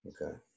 Okay